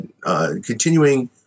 continuing